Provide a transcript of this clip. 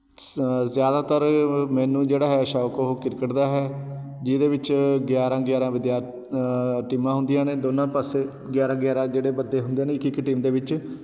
ਸ ਜ਼ਿਆਦਾਤਰ ਅ ਮੈਨੂੰ ਜਿਹੜਾ ਹੈ ਸ਼ੌਕ ਉਹ ਕ੍ਰਿਕਟ ਦਾ ਹੈ ਜਿਹਦੇ ਵਿੱਚ ਗਿਆਰਾਂ ਗਿਆਰਾਂ ਵਿਦਿਆ ਟੀਮਾਂ ਹੁੰਦੀਆਂ ਨੇ ਦੋਨਾਂ ਪਾਸੇ ਗਿਆਰਾਂ ਗਿਆਰਾਂ ਜਿਹੜੇ ਬੰਦੇ ਹੁੰਦੇ ਨੇ ਇੱਕ ਇੱਕ ਟੀਮ ਦੇ ਵਿੱਚ